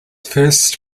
first